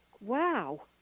wow